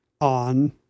on